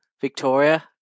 Victoria